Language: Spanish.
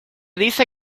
dice